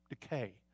decay